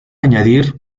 añadir